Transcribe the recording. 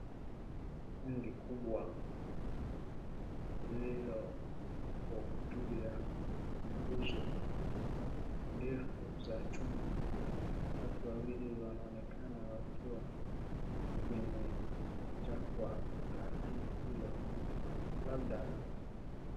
Tanki kubwa lililoko juu ya nguzo ndefu za chuma. Watu wawili wanaonekana wakiwa kwenye takwa la tanki hilo labda...